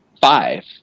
five